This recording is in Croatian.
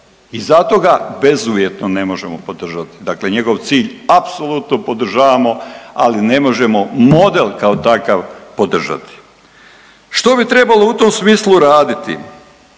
i zato ga bezuvjetno ne možemo podržati, dakle njegov cilj apsolutno podržavamo, ali ne možemo model kao takav podržati. Što bi trebalo u tom smislu raditi?